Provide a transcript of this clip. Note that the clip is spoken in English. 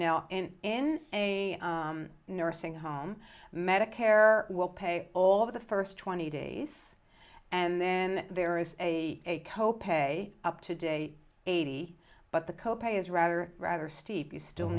in a nursing home medicare will pay all of the first twenty days and then there is a co pay up to date eighty but the co pay is rather rather steep you still